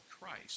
Christ